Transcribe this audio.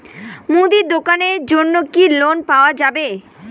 মুদি দোকানের জন্যে কি লোন পাওয়া যাবে?